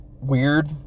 weird